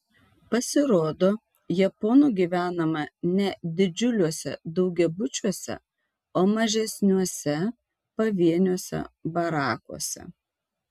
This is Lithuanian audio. pasirodo japonų gyvenama ne didžiuliuose daugiabučiuose o mažesniuose pavieniuose barakuose